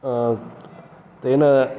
तेन